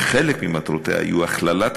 שחלק ממטרותיה היו הכללת